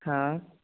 हाँ